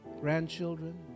Grandchildren